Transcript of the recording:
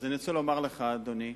אז אני רוצה לומר לך, אדוני,